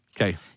Okay